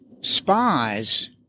spies